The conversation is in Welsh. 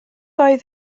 oedd